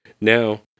Now